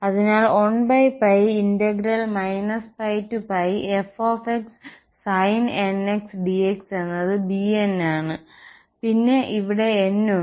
അതിനാൽ 1 πf sin nx dx എന്നത് bn ആണ് പിന്നെ ഇവിടെ n ഉണ്ട്